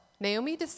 Naomi